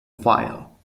file